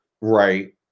right